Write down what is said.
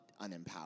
unempowered